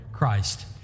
Christ